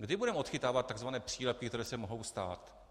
Kdy budeme odchytávat takzvané přílepky, které se mohou stát?